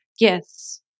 Yes